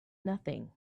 nothing